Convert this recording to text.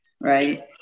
right